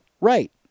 Right